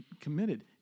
committed